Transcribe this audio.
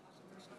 נגד,